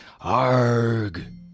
Arg